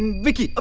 and vicky, ah